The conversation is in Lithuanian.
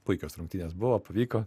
puikios rungtynės buvo pavyko